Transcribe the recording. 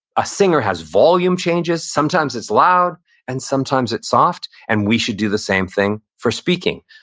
a singer has volume changes. sometimes it's loud and sometimes it's soft, and we should do the same thing for speaking.